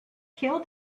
killed